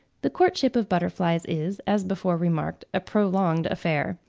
the courtship of butterflies is, as before remarked, a prolonged affair.